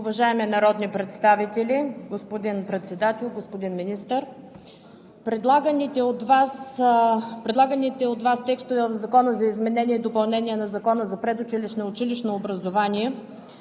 Уважаеми народни представители, господин Председател, господин Министър! Предлаганите от Вас текстове в Законопроекта за изменение и допълнение на Закона за предучилищно и училищно образование